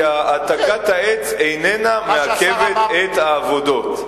כי העתקת העץ אינה מעכבת את העבודות.